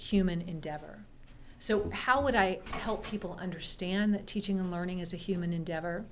human endeavor so how would i help people understand that teaching and learning as a human endeavo